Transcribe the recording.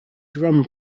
drum